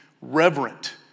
reverent